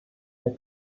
with